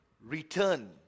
return